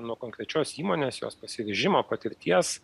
nuo konkrečios įmonės jos pasiryžimo patirties